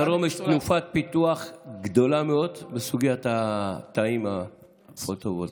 בדרום יש תנופת פיתוח גדולה מאוד בסוגיית התאים הפוטו-וולטאיים.